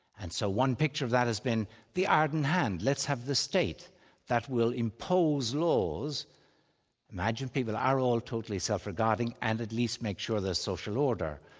and so one picture of that has been the ardent hand, let's have the state that will impose laws imagine people are all totally self-regarding, and at least make sure of their social order.